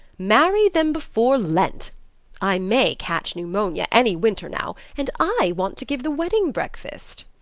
marry them before lent i may catch pneumonia any winter now, and i want to give the wedding-breakfast.